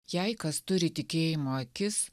jei kas turi tikėjimo akis